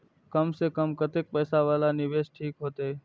कम से कम कतेक पैसा वाला निवेश ठीक होते?